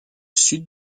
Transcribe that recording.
sud